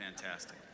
Fantastic